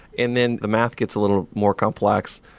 and then the math gets a little more complex.